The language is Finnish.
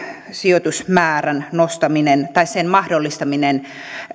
sijoitusmäärän nostaminen sen mahdollistaminen